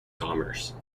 commerce